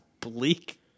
Bleak